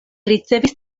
ricevis